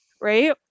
right